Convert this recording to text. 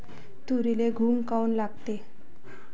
तुरीले घुंग काऊन लागते?